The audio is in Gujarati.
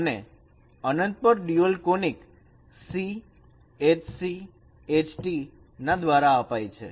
અને અનંત પર dual conic C HC H T ના દ્વારા અપાય છે